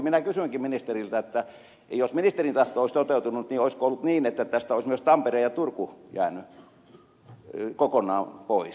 minä kysynkin ministeriltä että jos ministerin tahto olisi toteutunut olisiko ollut niin että tästä olisivat myös tampere ja turku jääneet kokonaan pois